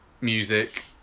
music